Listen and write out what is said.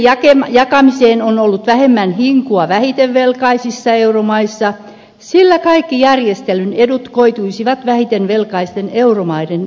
velkavastuiden jakamiseen on ollut vähemmän hinkua vähiten velkaisissa euromaissa sillä kaikki järjestelyn edut koituisivat vähiten velkaisten euromaiden kustannettaviksi